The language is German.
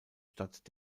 stadt